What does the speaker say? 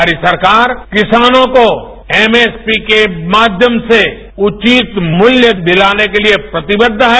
हमारी सरकार किसानों को एमएसपी के माध्यम से जवित मूल्य दिलाने के लिए प्रतिबद्ध है